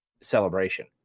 celebration